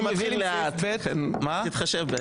אני מתחיל עם סעיף ב' --- תתחשב בי.